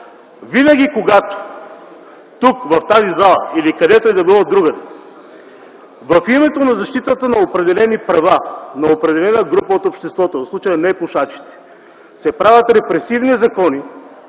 Винаги, когато тук, в тази зала, или където и да било другаде, в името на защитата на определени права, на определена група от обществото – в случая непушачите, се правят репресивни закони,